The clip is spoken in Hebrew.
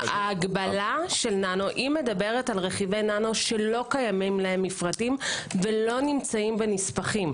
רכיבי ננו שלא קיימים להם מפרטים ולא נמצאים בנספחים.